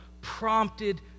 prompted